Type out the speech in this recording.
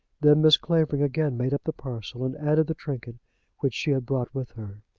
then mrs. clavering again made up the parcel, and added the trinket which she had brought with her.